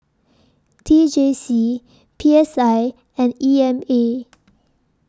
T J C P S I and E M A